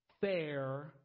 fair